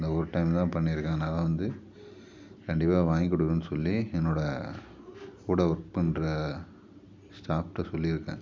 இந்த ஒரு டைம் தான் பண்ணியிருக்கேன் அதனால் வந்து கண்டிப்பாக வாங்கிக் கொடுக்குறேன்னு சொல்லி என்னோடய கூட ஒர்க் பண்ணுற ஸ்டாஃப்கிட்ட சொல்லியிருக்கேன்